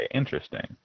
interesting